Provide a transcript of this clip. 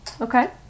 Okay